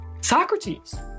Socrates